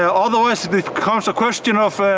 ah otherwise it kind of question of,